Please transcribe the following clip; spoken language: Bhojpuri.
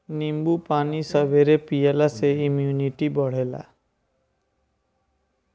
नींबू पानी सबेरे पियला से इमुनिटी बढ़ेला